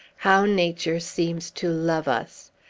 how nature seems to love us!